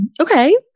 Okay